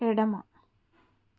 ఎడమ